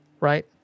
right